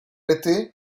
été